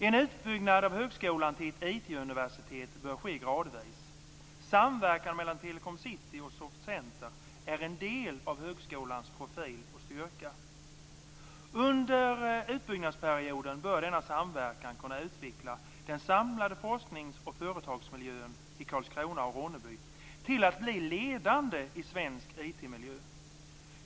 En utbyggnad av högskolan till ett IT-universitet bör ske gradvis. Samverkan mellan Telecom City och Soft Center är en del av högskolans profil och styrka. Under utbyggnadsperioden bör denna samverkan kunna utveckla den samlade forsknings och företagsmiljön i Karlskrona och Ronneby till att bli ledande i svensk IT-miljö.